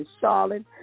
Charlotte